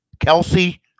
Kelsey